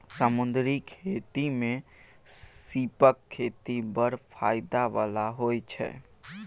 समुद्री खेती मे सीपक खेती बड़ फाएदा बला होइ छै